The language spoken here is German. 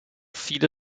viele